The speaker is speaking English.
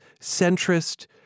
centrist